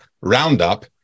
roundup